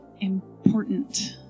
important